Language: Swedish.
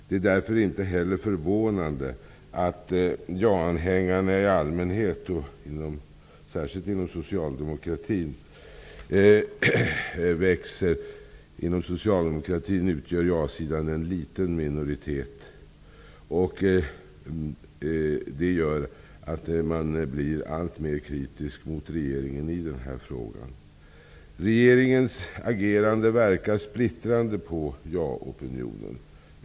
Det är därför inte heller förvånande att motståndet i allmänhet, särskilt inom Socialdemokraterna, växer. Inom Socialdemokraterna utgör ja-sidan en liten minoritet. Man blir alltmer kritisk mot regeringen i den här frågan. Regeringens agerande verkar splittrande på jaopinionen.